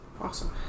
Awesome